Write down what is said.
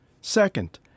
Second